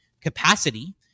capacity